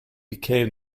became